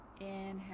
Inhale